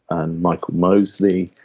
and michael mosley.